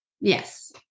Yes